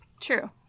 True